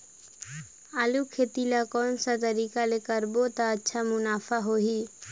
आलू खेती ला कोन सा तरीका ले करबो त अच्छा मुनाफा होही?